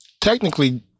Technically